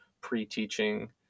pre-teaching